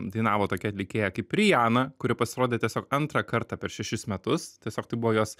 dainavo tokia atlikėja kaip riana kuri pasirodė tiesiog antrą kartą per šešis metus tiesiog tai buvo jos